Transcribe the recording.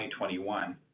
2021